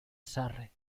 sarre